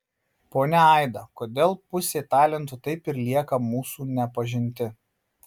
ponia aida kodėl pusė talentų taip ir lieka mūsų nepažinti